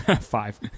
Five